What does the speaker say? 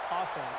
offense